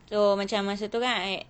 so macam masa tu kan I